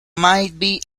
mike